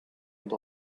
and